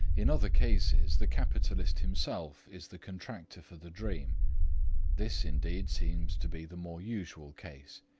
in other cases the capitalist himself is the contractor for the dream this, indeed, seems to be the more usual case.